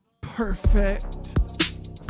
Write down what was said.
perfect